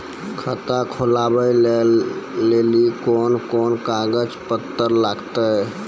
खाता खोलबाबय लेली कोंन कोंन कागज पत्तर लगतै?